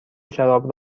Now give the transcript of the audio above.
شراب